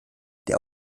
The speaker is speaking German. der